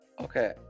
Okay